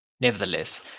Nevertheless